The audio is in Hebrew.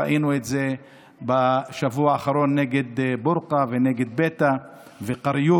ראינו את זה בשבוע האחרון נגד בורקה ונגד ביתא קַרְיוּת.